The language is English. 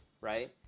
right